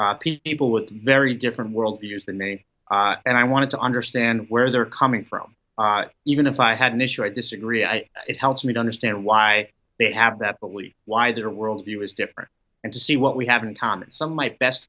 people with very different world views the names and i wanted to understand where they're coming from even if i had an issue i disagree i it helps me to understand why they have that probably why their worldview is different and to see what we have in common some of my best